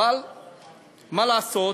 אבל מה לעשות.